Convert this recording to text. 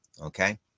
okay